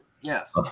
yes